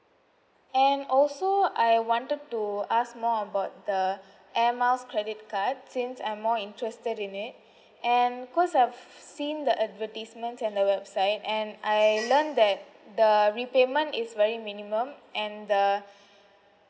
and also I wanted to ask more about the air miles credit card since I'm more interested in it and cause I've seen the advertisement at the website and I learn that the repayment is very minimum and the